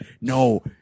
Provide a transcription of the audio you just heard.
no